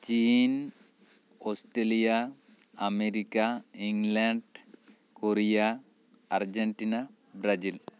ᱪᱤᱱ Australia America England Korea Argentina Brazil